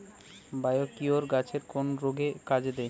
Biocure গাছের কোন রোগে কাজেদেয়?